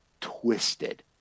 twisted